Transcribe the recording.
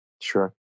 Sure